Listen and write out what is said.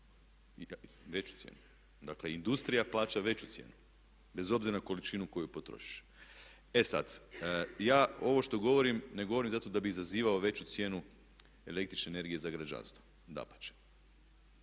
Veću cijenu. Dakle industrija plaća veću cijenu bez obzira na količinu koju potrošiš. E sada, ja ovo što govorim ne govorim zato da bih izazivao veću cijenu električne energije za građanstvo, dapače.